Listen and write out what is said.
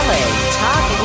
Talk